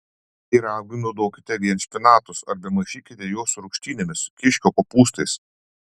pyragui naudokite vien špinatus arba maišykite juos su rūgštynėmis kiškio kopūstais